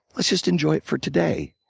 let's just enjoy it for today.